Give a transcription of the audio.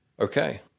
okay